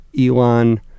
Elon